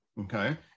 okay